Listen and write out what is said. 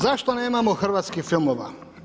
Zašto nemamo hrvatskih filmova?